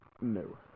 No